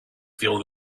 field